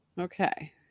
okay